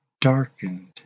darkened